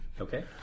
okay